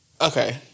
okay